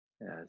yes